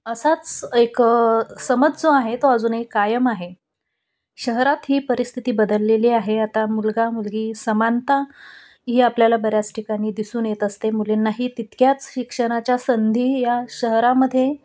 असाच एक समज जो आहे तो अजूनही कायम आहे शहरात ही परिस्थिती बदललेली आहे आता मुलगा मुलगी समानता ही आपल्याला बऱ्याच ठिकाणी दिसून येत असते मुलींनाही तितक्याच शिक्षणाच्या संधी या शहरामध्ये